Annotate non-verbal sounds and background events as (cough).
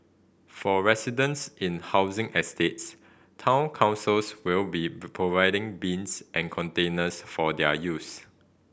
for residents in housing estates town councils will be (unintelligible) providing bins and containers for their use